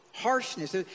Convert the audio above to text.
harshness